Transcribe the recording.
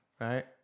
right